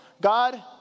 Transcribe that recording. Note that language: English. God